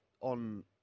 on